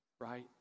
right